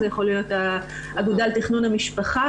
זה יכול להיות האגודה לתכנון המשפחה.